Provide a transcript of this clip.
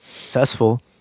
successful